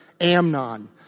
Amnon